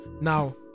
Now